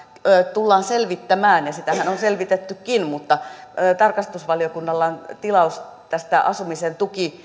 tullaan selvittämään ja sitähän on on selvitettykin mutta tarkastusvaliokunnalla on tilaus näistä asumisen